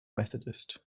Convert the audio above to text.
methodist